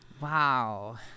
Wow